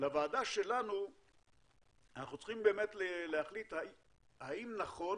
לוועדה שלנו אנחנו צריכים באמת להחליט האם נכון